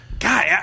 God